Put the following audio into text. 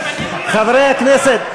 חברי הכנסת.